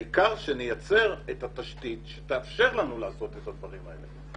העיקר שנייצר את התשתית שתאפשר לנו לעשות את הדברים האלה.